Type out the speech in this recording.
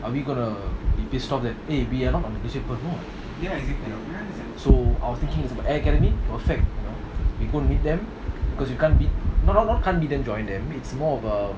are we going to be pissed off that eh we are not on newspaper no you know so I was thinking air academy perfect you know we go and meet them because we can't beat not not not can't beat them join them it's more of um